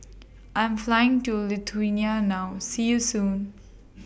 I Am Flying to Lithuania now See YOU Soon